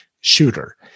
shooter